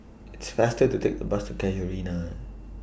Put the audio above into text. It's faster to Take The Bus to Casuarina